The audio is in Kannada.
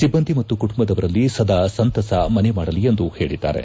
ಸಿಬ್ಲಂದಿ ಮತ್ತು ಕುಟುಂಬದವರಲ್ಲಿ ಸದಾ ಸಂತಸ ಮನೆ ಮಾಡಲಿ ಎಂದು ಹೇಳಿದ್ದಾರೆ